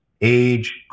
age